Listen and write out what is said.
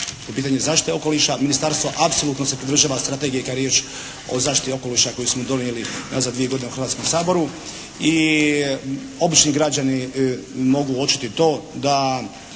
po pitanju zaštite okoliša ministarstvo apsolutno se pridržava strategije kad je riječ o zaštiti okoliša koje smo donijeli u nazad dvije godine u Hrvatskom saboru. I obični građani mogu uočiti to da